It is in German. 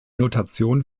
notation